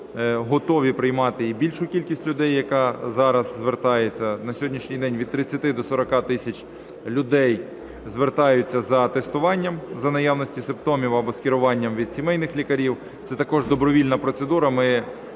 готові приймати і більшу кількість людей, яка зараз звертається. На сьогоднішній день від 30 до 40 тисяч людей звертаються за тестуванням за наявності симптомів або скеруванням від сімейних лікарів. Це також добровільна процедура,